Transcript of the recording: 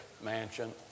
Mansion